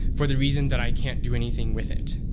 for the reason that i can't do anything with it.